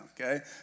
Okay